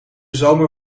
zomer